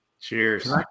Cheers